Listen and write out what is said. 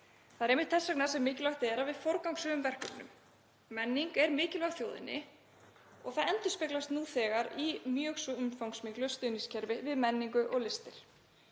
Það er einmitt þess vegna sem mikilvægt er að við forgangsröðum verkefnum. Menning er mikilvæg þjóðinni. Það endurspeglast nú þegar í mjög svo umfangsmiklu stuðningskerfi við menningu og listir.